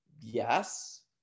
yes